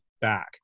back